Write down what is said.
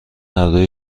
هردو